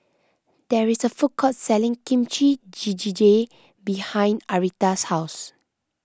there is a food court selling Kimchi Jjigae behind Aretha's house